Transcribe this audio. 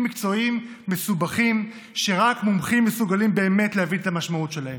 מקצועיים מסובכים שרק מומחים מסוגלים באמת להבין את המשמעות שלהם.